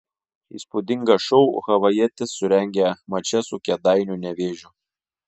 įspūdingą šou havajietis surengė mače su kėdainių nevėžiu